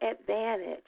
advantage